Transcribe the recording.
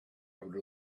out